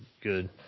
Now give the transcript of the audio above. good